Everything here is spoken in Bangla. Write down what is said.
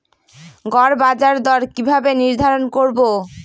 গড় বাজার দর কিভাবে নির্ধারণ করব?